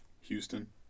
Houston